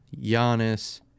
Giannis